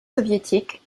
soviétiques